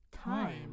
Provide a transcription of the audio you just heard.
time